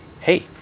Hey